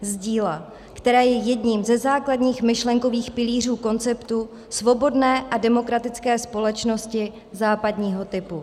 Z díla, které je jedním ze základních myšlenkových pilířů konceptu svobodné a demokratické společnosti západního typu.